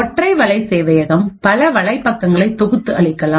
ஒற்றை வலை சேவையகம் பல வலைப்பக்கங்களை தொகுத்து அளிக்கலாம்